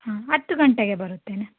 ಹಾಂ ಹತ್ತು ಗಂಟೆಗೆ ಬರುತ್ತೇನೆ